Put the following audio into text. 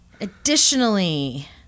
Additionally